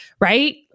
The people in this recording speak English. right